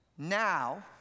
Now